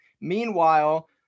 Meanwhile